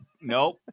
Nope